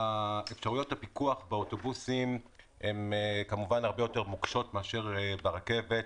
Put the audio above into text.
אפשרויות הפיקוח באוטובוסים הרבה יותר מוקשות מאשר ברכבת.